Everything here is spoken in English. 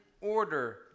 order